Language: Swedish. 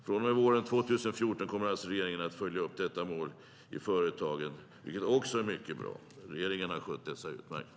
Från och med våren 2014 kommer regeringen alltså att följa upp dessa mål i företagen, vilket också är mycket bra. Regeringen har skött detta utmärkt.